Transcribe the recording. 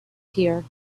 here